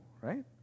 right